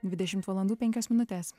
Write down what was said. dvidešimt valandų penkios minutės